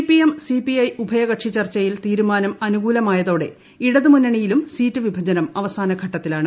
CPM CPI ഉഭയകക്ഷി ചർച്ചയിൽ തീരുമാനം അനുകൂലമായതോടെ ഇടതുമുന്നണിയിലും സീറ്റു വിഭജനം അവസാനഘട്ടത്തിലാണ്